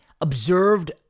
observed